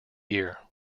year